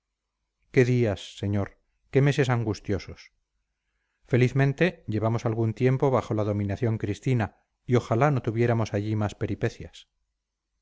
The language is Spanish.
qué días señor qué meses angustiosos felizmente llevamos algún tiempo bajo la dominación cristina y ojalá no tuviéramos allí más peripecias